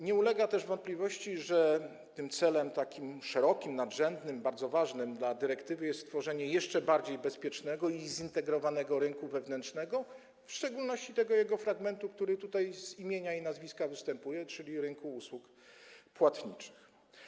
Nie ulega też wątpliwości, że tym celem szerokim, nadrzędnym, bardzo ważnym dla dyrektywy jest stworzenie jeszcze bardziej bezpiecznego i zintegrowanego rynku wewnętrznego, w szczególności tego jego fragmentu, który tutaj z imienia i nazwiska występuje, czyli rynku usług płatniczych.